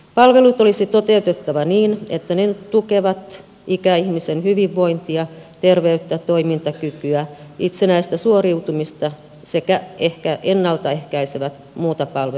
palvelut olisi toteutettava niin että ne tukevat ikäihmisen hyvinvointia terveyttä toimintakykyä itsenäistä suoriutumista sekä ennalta ehkäisevät muuta palvelutarvetta